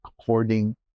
according